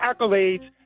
accolades